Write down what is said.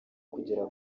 kugera